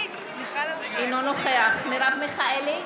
אינו נוכח מרב מיכאלי,